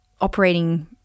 operating